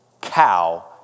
cow